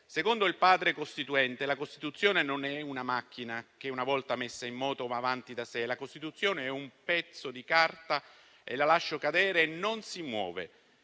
Secondo il Padre costituente «(...) la costituzione non è una macchina che una volta messa in moto va avanti da sé. La costituzione è un pezzo di carta: la lascio cadere e non si muove.